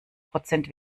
prozent